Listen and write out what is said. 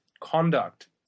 conduct